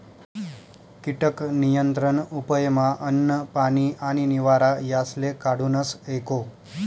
कीटक नियंत्रण उपयमा अन्न, पानी आणि निवारा यासले काढूनस एको